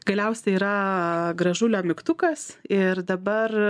galiausiai yra gražulio mygtukas ir dabar